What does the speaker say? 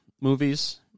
movies